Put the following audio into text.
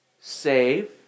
Save